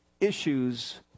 issues